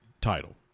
title